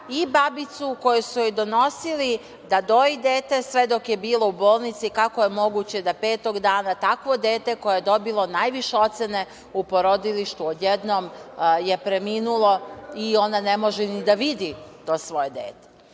i babicu, koji su joj donosili dete na dojenje dok je bila u bolnici, kako je moguće da petog dana takvo dete, koje je dobilo najviše ocene u porodilištu, odjednom premine i ona ne može ni da vidi to svoje